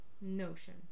Notion